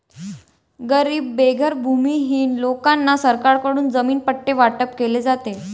गरीब बेघर भूमिहीन लोकांना सरकारकडून जमीन पट्टे वाटप केले जाते